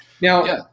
Now